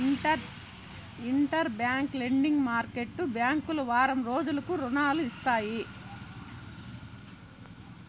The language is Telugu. ఇంటర్ బ్యాంక్ లెండింగ్ మార్కెట్టు బ్యాంకులు వారం రోజులకు రుణాలు ఇస్తాయి